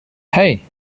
hey